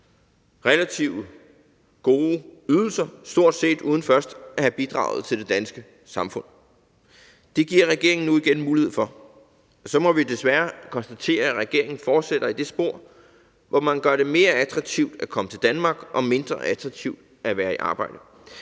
relativt gode ydelser stort set uden først at have bidraget til det danske samfund. Det giver regeringen nu igen mulighed for, og så må vi desværre konstatere, at regeringen fortsætter i det spor, hvor man gør det mere attraktivt at komme til Danmark og mindre attraktivt at være i arbejde.